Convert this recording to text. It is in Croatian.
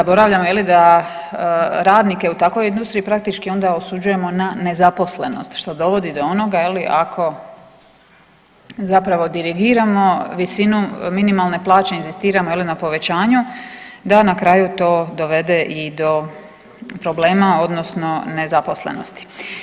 Zaboravljamo je li da radnike u takvoj industriji praktički onda osuđujemo na nezaposlenost što dovodi do onoga je li ako zapravo dirigiramo visinu minimalne plaće, inzistiramo je li na povećanju da na kraju to dovede i do problema odnosno nezaposlenosti.